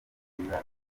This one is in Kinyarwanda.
bizatuma